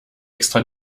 extra